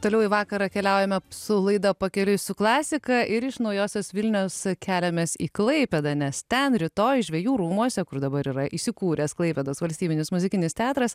toliau į vakarą keliaujame su laida pakeliui su klasika ir iš naujosios vilnios keliamės į klaipėdą nes ten rytoj žvejų rūmuose kur dabar yra įsikūręs klaipėdos valstybinis muzikinis teatras